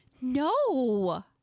No